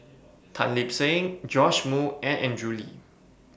Tan Lip Seng Joash Moo and Andrew Lee